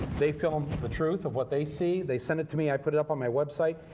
they film the truth of what they see. they send it to me. i put it up on my website.